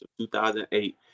2008